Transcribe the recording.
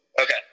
Okay